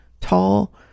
tall